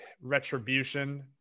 Retribution